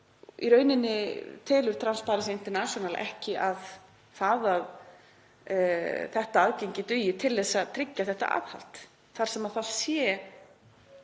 í rauninni telur Transparency International ekki að þetta aðgengi dugi til að tryggja þetta aðhald þar sem það sé